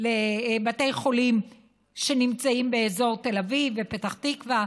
לבתי חולים שנמצאים באזור תל אביב ופתח תקווה.